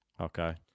Okay